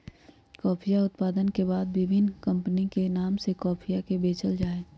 कॉफीया उत्पादन के बाद विभिन्न कमपनी के नाम से कॉफीया के बेचल जाहई